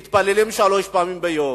מתפללים שלוש פעמים ביום.